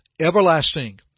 everlasting